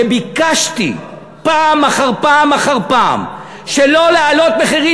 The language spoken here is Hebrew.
שביקשתי פעם אחר פעם אחר פעם שלא להעלות מחירים,